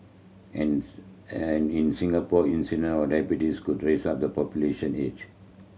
as and in Singapore incidence of diabetes could rise up the population age